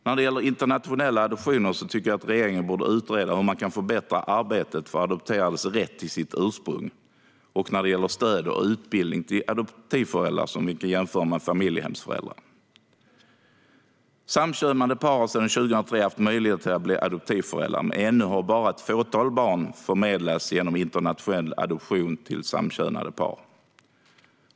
När det gäller internationella adoptioner tycker jag att regeringen borde utreda hur man kan förbättra arbetet för adopterades rätt till sitt ursprung och när det gäller stöd och utbildning till adoptivföräldrar, som vi kan jämföra med familjehemsföräldrar. Samkönade par har sedan 2003 haft möjlighet att bli adoptivföräldrar, men ännu har bara ett fåtal barn förmedlats genom internationell adoption till samkönade par.